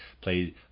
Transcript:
play